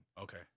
Okay